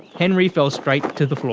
henry fell straight to the floor.